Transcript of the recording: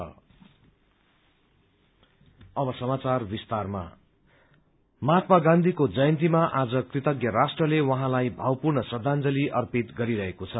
tribute Mahatma गाँधीको जयन्तीमा आज कृतज्ञ राष्ट्रले उहाँलाई भावपूर्ण श्रद्धांजलि अर्पित गरिरहेको छ